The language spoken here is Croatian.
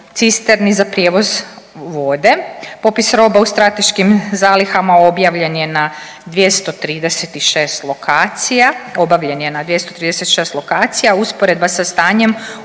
autocisterni za prijevoz vode. Popis roba u strateškim zalihama objavljen je na 236 lokacija. Usporedba sa stanjem